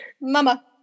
Mama